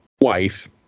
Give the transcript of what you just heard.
wife